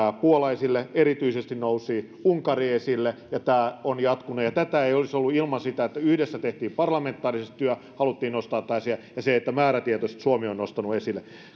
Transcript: puola esille erityisesti nousi unkari esille ja tämä on jatkunut tätä ei olisi ollut ilman sitä että työ tehtiin yhdessä parlamentaarisesti ja haluttiin nostaa tämä asia ja että määrätietoisesti suomi on nostanut sitä esille